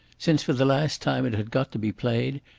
since for the last time it had got to be played,